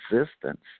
existence